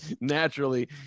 naturally